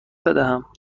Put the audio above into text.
بدهم